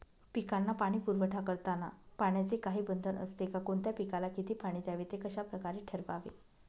पिकांना पाणी पुरवठा करताना पाण्याचे काही बंधन असते का? कोणत्या पिकाला किती पाणी द्यावे ते कशाप्रकारे ठरवावे?